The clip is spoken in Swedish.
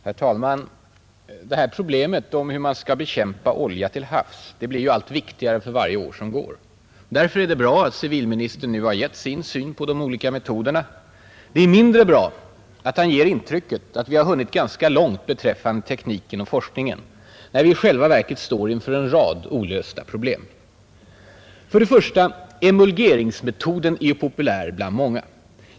Herr talman! Det här problemet — hur man skall bekämpa olja till havs — blir allt viktigare för varje år som går. Därför är det bra att civilministern nu gett sin syn på de olika metoderna. Det är mindre bra att han ger intrycket av att vi har hunnit ganska långt beträffande tekniken och forskningen, när vi i själva verket står inför en rad olösta problem. För det första: emulgeringsmetoden är populär bland många.